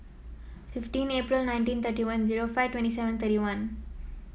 fifteen April nineteen thirty one zero five twenty seven thirty one